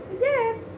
Yes